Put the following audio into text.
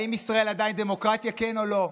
האם ישראל עדיין דמוקרטיה, כן או לא?